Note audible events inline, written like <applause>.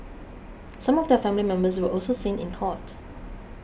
<noise> some of their family members were also seen in court